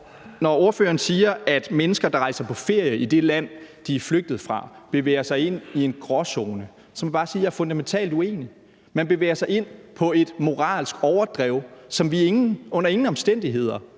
Når ordføreren siger, at mennesker, der rejser på ferie i det land, de er flygtet fra, bevæger sig ind i en gråzone, så må jeg bare sige, at jeg er fundamentalt uenig. Man bevæger sig ind på et moralsk overdrev, som vi under ingen omstændigheder